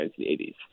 1980s